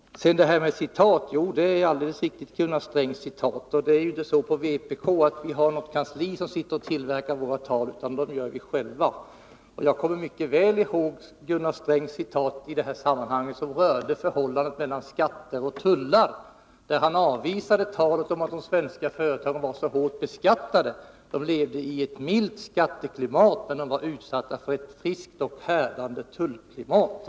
Sedan till detta med citat. Citatet av vad Gunnar Sträng sagt är alldeles riktigt. Det är inte så att vpk:s kansli tillverkar de tal som vi från vpk skall hålla, utan det gör vi själva. Jag kommer mycket väl ihåg vad Gunnar Sträng sade i det aktuella sammanhanget beträffande förhållandet mellan skatter och tullar. Han avvisade talet om att de svenska företagen var hårt beskattade. Dessa levde i ett milt skatteklimat, men de var utsatta för ett friskt och härdande tullklimat.